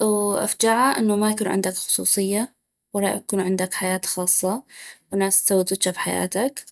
وافجعا انو ما يكون عندك خصوصية ولا يكون عندك حياة خاصة والناس تسود وچا بحياتك